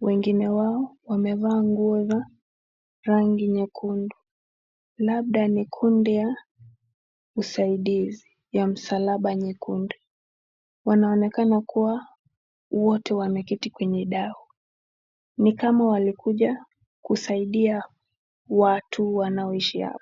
wengine wao wamevaa nguo za, rangi ya nyekundu, labda ni kundi ya, msaidizi, ya msalaba nyekundu, wanaonekana kuwa, wote wameketi kwenye dau, ni kama walikuja, kusaidia, watu wanao ishi hapa.